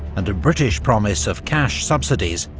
and a british promise of cash subsidies,